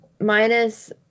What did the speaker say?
minus